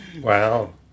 Wow